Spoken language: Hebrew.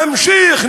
נמשיך,